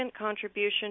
contribution